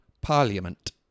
Parliament